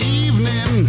evening